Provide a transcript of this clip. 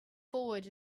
forward